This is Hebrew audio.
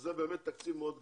שזה באמת תקציב מאוד גדול,